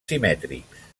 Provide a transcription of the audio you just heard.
simètrics